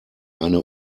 eine